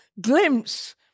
glimpse